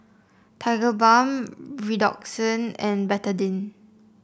Tigerbalm Redoxon and Betadine